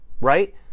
right